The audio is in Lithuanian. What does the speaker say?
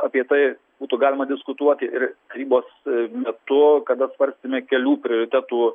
apie tai būtų galima diskutuoti ir tarybos metu kada svarstėme kelių prioritetų